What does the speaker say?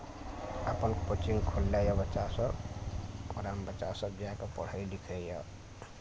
अपन कोचिंग खोललैये बच्चा सब ओकरामे बच्चा सब जाए कऽ पढ़ै लिखैया